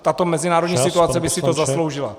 tato mezinárodní situace by si to zasloužila.